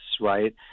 right